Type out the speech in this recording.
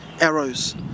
arrows